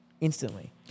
instantly